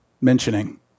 mentioning